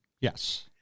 Yes